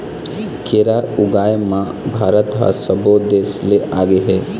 केरा ऊगाए म भारत ह सब्बो देस ले आगे हे